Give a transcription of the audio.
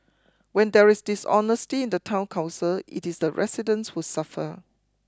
when there is dishonesty in the town council it is the residents who suffer